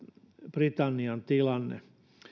britannian tilanne